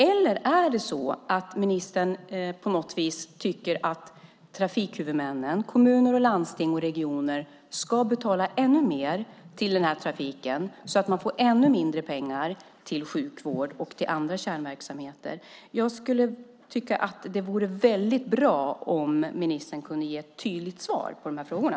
Eller tycker ministern på något vis att trafikhuvudmännen, kommuner, landsting och regioner, ska betala ännu mer för den här trafiken så att de får ännu mindre pengar till sjukvård och andra kärnverksamheter? Jag tycker att det vore väldigt bra om ministern kunde ge ett tydligt svar på de här frågorna.